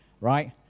right